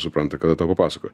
supranta kada tau papasakoja